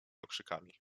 okrzykami